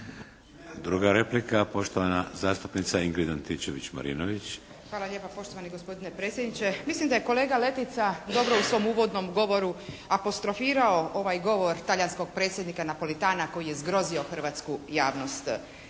Druga replika, poštovana zastupnica Ingrid Antičević Marinović. **Antičević Marinović, Ingrid (SDP)** Hvala lijepa poštovani gospodine predsjedniče. Mislim da je kolega Letica dobro u svom uvodnom govoru apostrofirao ovaj govor Talijasnkog Predsjednika Napolitana koji je zgrozio hrvatsku javnost.